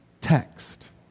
text